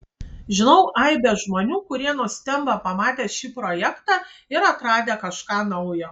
žinau aibę žmonių kurie nustemba pamatę šį projektą ir atradę kažką naujo